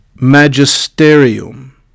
magisterium